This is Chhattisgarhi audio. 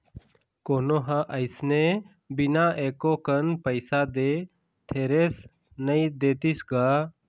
कोनो ह अइसने बिना एको कन पइसा दे थेरेसर नइ देतिस गा